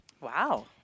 Wow